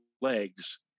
legs